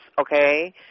okay